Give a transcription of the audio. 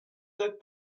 that